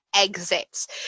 exits